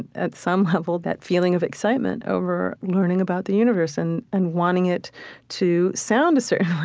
at some level, that feeling of excitement over learning about the universe and and wanting it to sound a certain